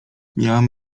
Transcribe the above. miałem